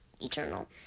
Eternal